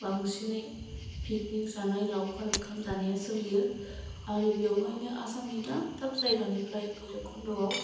बांसिनै पिकनिक जानाय लाउखार ओंखाम जानाया सोलियो आरो बेवहायनो आसामनि दाब दाब जायगानिफ्राय भैराबकुन्दआव